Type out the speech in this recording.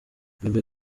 bebe